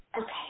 Okay